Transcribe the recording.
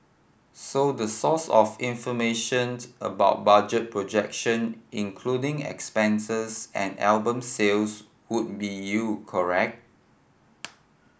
so the source of information about budget projection including expenses and album sales would be you correct